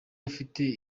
afite